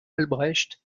albrecht